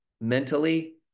mentally